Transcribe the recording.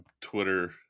Twitter